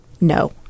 no